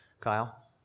Kyle